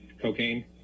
cocaine